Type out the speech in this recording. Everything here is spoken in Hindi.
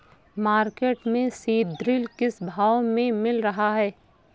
मार्केट में सीद्रिल किस भाव में मिल रहा है?